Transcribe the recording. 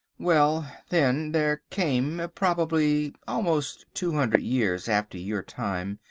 well, then, there came, probably almost two hundred years after your time,